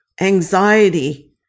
anxiety